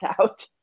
out